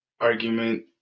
argument